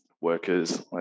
workers